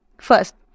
First